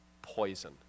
poison